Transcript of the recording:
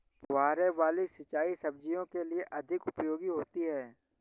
फुहारे वाली सिंचाई सब्जियों के लिए अधिक उपयोगी होती है?